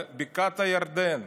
על בקעת הירדן.